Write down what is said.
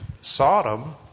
Sodom